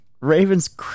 Ravens